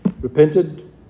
repented